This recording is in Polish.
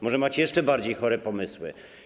Może macie jeszcze bardziej chore pomysły?